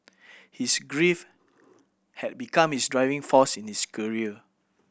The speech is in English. his grief had become his driving force in his career